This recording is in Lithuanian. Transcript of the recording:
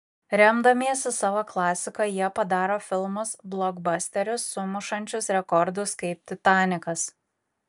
remdamiesi savo klasika jie padaro filmus blokbasterius sumušančius rekordus kaip titanikas